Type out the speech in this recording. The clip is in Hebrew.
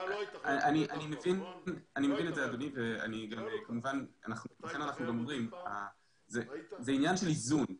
אני מבין את זה אדוני ולכן אנחנו אומרים שזה עניין של איזון.